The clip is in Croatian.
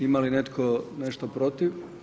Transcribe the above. Ima li netko nešto protiv?